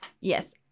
Yes